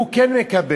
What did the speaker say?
הוא כן מקבל,